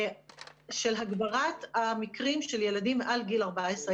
של הגברת המקרים של ילדים מעל גיל 14,